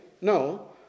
no